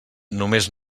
només